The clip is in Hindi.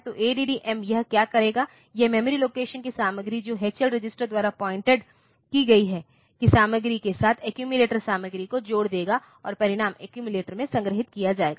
तो ADD M यह क्या करेगा यह मेमोरी लोकेशन की सामग्री जो HL रजिस्टर द्वारा पॉइंटेड कि गयी है की सामग्री के साथ एक्यूमिलेटर सामग्री को जोड़ देगा और परिणाम एक्यूमिलेटर में संग्रहीत किया जाएगा